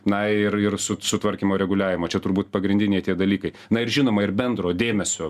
na ir ir su sutvarkymo reguliavimo čia turbūt pagrindiniai tie dalykai na ir žinoma ir bendro dėmesio